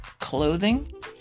clothing